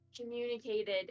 communicated